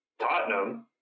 Tottenham